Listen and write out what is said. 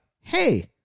hey